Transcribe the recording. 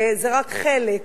וזה רק חלק.